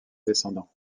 descendants